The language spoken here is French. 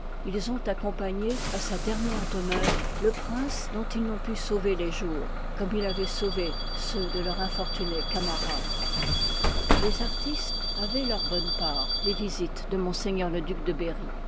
ils ont accompagné à sa dernière demeure le prince dont ils n'ont pu sauver les jours comme il avoit sauvé ceux de leur infortuné camarade les artistes avoieiit leur bonne part des ii part visites de m le duc de berry